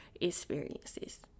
experiences